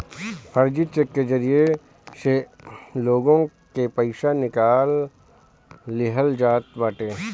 फर्जी चेक के जरिया से लोग के पईसा निकाल लिहल जात बाटे